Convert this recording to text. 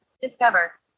Discover